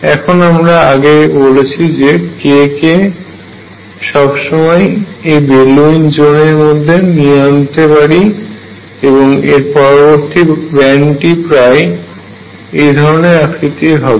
এখন আমরা আগে বলেছি যে k কে সবসময় এই ব্রিলুইন জোন এর মধ্যে নিয়ে আনতে পারি এবং এর পরবর্তী ব্যান্ডটি প্রায় এই ধরনের আকৃতির হবে